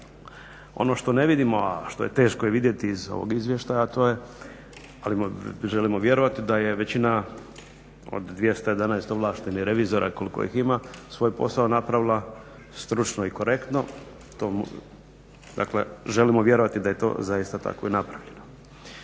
Ono što ne vidimo, a što je teško i vidjeti iz ovog izvještaja, ali želimo vjerovati da je većina od 211 ovlaštenih revizora koliko ih ima svoj posao napravila stručno i korektno, dakle želimo vjerovati da je to zaista tako i napravljeno.